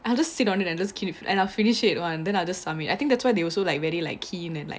I'll just sit on it and just keep it and I'll finish it one then I'll just submit I think that's why they also like very like keen and like